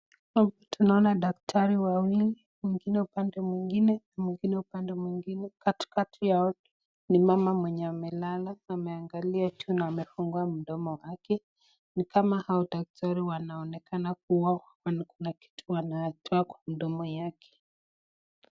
Tunaona daktari wawili mwingine upande mwingine upande mwingine katikati Yao ni mama mwenye amelala na kuangalia juu na amefungua mdomo ni kama hawa daktari wanaonekana ni kama Kuna kitu wanato Kwa mdomo yake.